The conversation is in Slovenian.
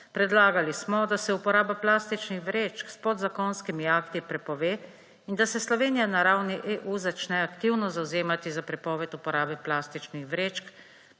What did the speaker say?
Predlagali smo, da se uporaba plastičnih vrečk s podzakonskimi akti prepove in da se Slovenija na ravni EU začne aktivno zavzemati za prepoved uporabe plastičnih vrečk,